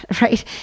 right